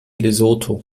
lesotho